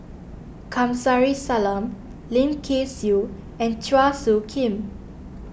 Kamsari Salam Lim Kay Siu and Chua Soo Khim